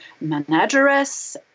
manageress